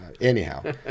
anyhow